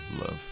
love